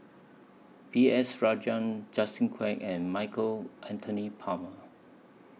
B S Rajhans Justin Quek and Michael Anthony Palmer